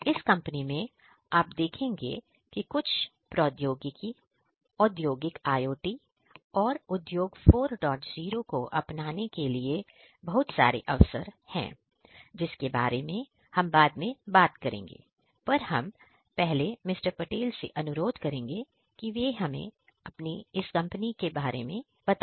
इस कंपनी में आप देखेंगे कि कुछ प्रौद्योगिकी औद्योगिक IoT और उद्योग 40 को अपनाने के लिए बहुत सारे अवसर हैं जिसके बारे में हम बाद में बात करेंगे पर पहले हम मिस्टर पटेल से अनुरोध करेंगे कि वह हमें इस कंपनी के बारे में बताएं